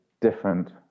different